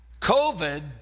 COVID